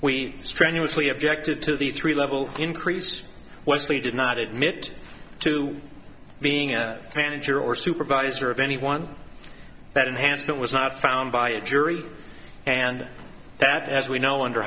we strenuously objected to the three level increase westley did not admit to being a manager or supervisor of anyone that enhancement was not found by a jury and that as we know under